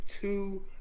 two